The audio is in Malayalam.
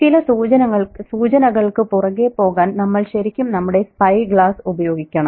ചില സൂചനകൾക്കു പുറകെ പോകാൻ നമ്മൾ ശരിക്കും നമ്മുടെ സ്പൈ ഗ്ലാസ് ഉപയോഗിക്കണം